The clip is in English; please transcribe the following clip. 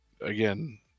Again